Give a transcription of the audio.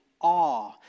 awe